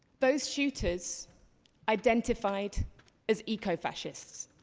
those shooters identified as eco fascists,